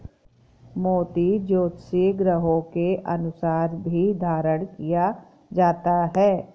मोती ज्योतिषीय ग्रहों के अनुसार भी धारण किया जाता है